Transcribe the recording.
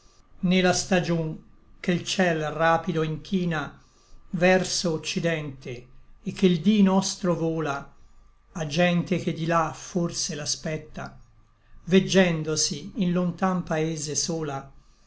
la stagion che l ciel rapido inchina verso occidente et che l dí nostro vola a gente che di là forse l'aspetta veggendosi in lontan paese sola